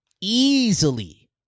easily